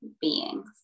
beings